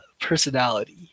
personality